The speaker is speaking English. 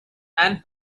and